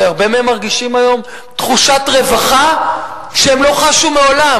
והרבה מהם מרגישים היום תחושת רווחה שהם לא חשו מעולם,